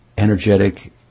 Energetic